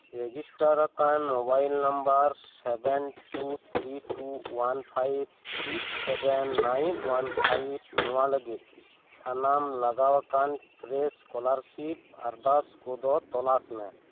register ᱟᱠᱟᱱ mobile number seven two three two one five six seven nine one five ᱱᱚᱣᱟ ᱞᱟᱹᱜᱤᱫ ᱥᱟᱱᱟᱢ ᱞᱟᱜᱟᱣᱟᱠᱟᱱ ᱯᱷᱨᱮᱥ ᱥᱠᱚᱞᱟᱨᱥᱤᱯ ᱟᱨᱫᱟᱥ ᱠᱚᱫᱚ ᱛᱚᱞᱟᱥ ᱢᱮ